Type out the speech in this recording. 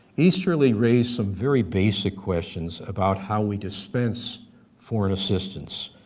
easterly raised some very basic questions about how we dispense foreign assistance,